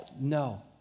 No